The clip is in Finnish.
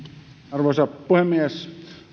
arvoisa puhemies